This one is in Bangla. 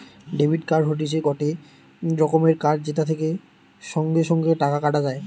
ডেবিট কার্ড হতিছে গটে রকমের কার্ড যেটা থেকে সঙ্গে সঙ্গে টাকা কাটা যায়